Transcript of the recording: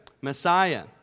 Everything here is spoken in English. Messiah